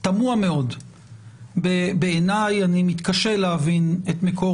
בעיניי זה תמוה מאוד ואני מתקשה להבין את מקור